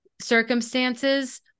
circumstances